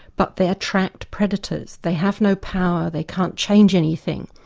but they attract predators, they have no power, they can't change anything.